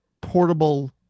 portable